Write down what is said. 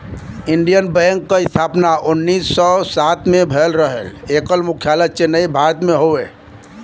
Indian bank क स्थापना उन्नीस सौ सात में भयल रहल एकर मुख्यालय चेन्नई, भारत में हौ